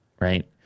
right